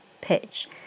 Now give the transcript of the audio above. pitch